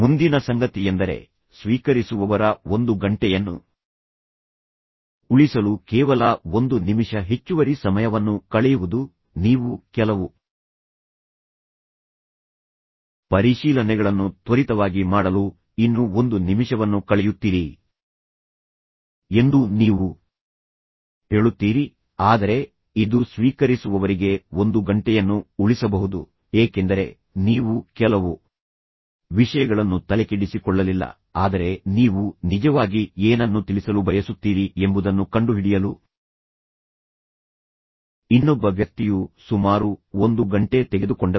ಮುಂದಿನ ಸಂಗತಿಯೆಂದರೆ ಸ್ವೀಕರಿಸುವವರ ಒಂದು ಗಂಟೆಯನ್ನು ಉಳಿಸಲು ಕೇವಲ ಒಂದು ನಿಮಿಷ ಹೆಚ್ಚುವರಿ ಸಮಯವನ್ನು ಕಳೆಯುವುದು ನೀವು ಕೆಲವು ಪರಿಶೀಲನೆಗಳನ್ನು ತ್ವರಿತವಾಗಿ ಮಾಡಲು ಇನ್ನೂ ಒಂದು ನಿಮಿಷವನ್ನು ಕಳೆಯುತ್ತೀರಿ ಎಂದು ನೀವು ಹೇಳುತ್ತೀರಿ ಆದರೆ ಇದು ಸ್ವೀಕರಿಸುವವರಿಗೆ ಒಂದು ಗಂಟೆಯನ್ನು ಉಳಿಸಬಹುದು ಏಕೆಂದರೆ ನೀವು ಕೆಲವು ವಿಷಯಗಳನ್ನು ತಲೆಕೆಡಿಸಿಕೊಳ್ಳಲಿಲ್ಲ ಆದರೆ ನೀವು ನಿಜವಾಗಿ ಏನನ್ನು ತಿಳಿಸಲು ಬಯಸುತ್ತೀರಿ ಎಂಬುದನ್ನು ಕಂಡುಹಿಡಿಯಲು ಇನ್ನೊಬ್ಬ ವ್ಯಕ್ತಿಯು ಸುಮಾರು ಒಂದು ಗಂಟೆ ತೆಗೆದುಕೊಂಡರು